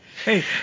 Hey